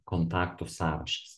kontaktų sąrašas